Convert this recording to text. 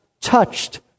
touched